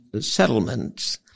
settlements